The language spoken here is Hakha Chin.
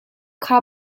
kha